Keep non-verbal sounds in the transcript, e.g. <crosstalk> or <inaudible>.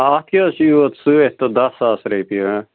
اَتھ کہِ حظ چھِ یوٗت سۭتۍ تہٕ دَہ ساس رۄپیہِ <unintelligible>